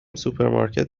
سوپرمارکت